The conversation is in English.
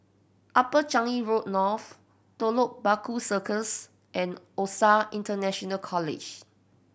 Upper Changi Road North Telok Paku Circus and OSAC International College